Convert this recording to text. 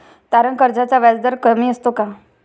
तारण कर्जाचा व्याजदर कमी असतो का?